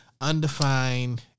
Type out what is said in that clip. undefined